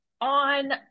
on